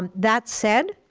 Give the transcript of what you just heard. um that said,